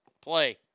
Play